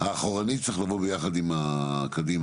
האחורנית צריך לבוא ביחד עם הקדימה.